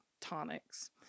tonics